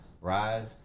rise